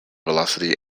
velocity